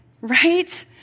right